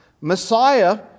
Messiah